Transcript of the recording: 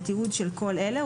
ותיעוד של כל אלה,